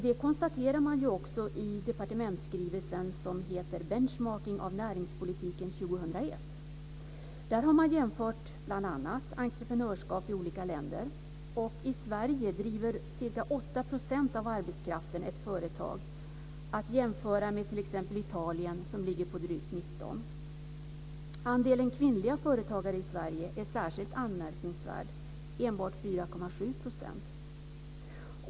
Det konstaterar man också i departementsskrivelsen om benchmarking av näringspolitiken för 2001. Där jämförs bl.a. entreprenörskap i olika länder. I Sverige driver ca 8 % av arbetskraften ett företag. Detta är att jämföra med t.ex. Italien där det ligger på drygt 19 %. Andelen kvinnliga företagare i Sverige är särskilt anmärkningsvärd - enbart 4,7 %.